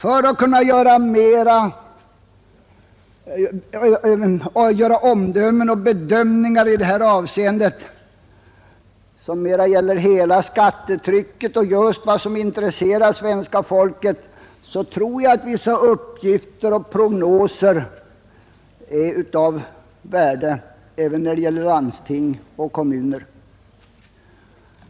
För att man skall kunna avge omdömen och göra bedömningar i detta avseende, som mera gäller hela skattetrycket — just det som intresserar svenska folket — är nog vissa uppgifter och prognoser av värde, även när det gäller landsting och kommuner.